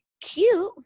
cute